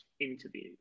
interview